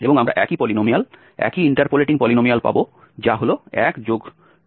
এবং আমরা একই পলিনোমিয়াল একই ইন্টারপোলেটিং পলিনোমিয়াল পাব যা হল 12x x2